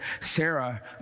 Sarah